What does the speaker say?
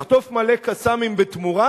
לחטוף מלא "קסאמים" בתמורה,